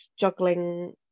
juggling